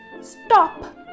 Stop